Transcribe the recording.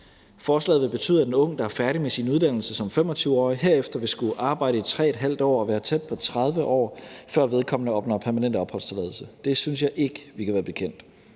Forslaget vil betyde, at en ung, der er færdig med sin uddannelse som 25-årig, herefter vil skulle arbejde i 3½ år og være tæt på 30 år, før vedkommende opnår permanent opholdstilladelse. Det synes jeg ikke vi kan være bekendt.